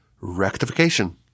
rectification